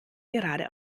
gerade